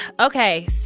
Okay